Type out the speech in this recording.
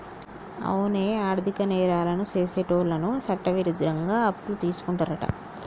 అవునే ఆర్థిక నేరాలను సెసేటోళ్ళను చట్టవిరుద్ధంగా అప్పులు తీసుకుంటారంట